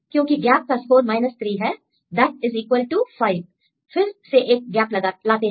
क्योंकि गैप का स्कोर 3 है दट इस इक्वल टू 5 फिर से एक गैप लाते हैं